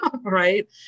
right